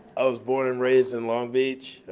i was born and raised in long beach.